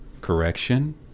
correction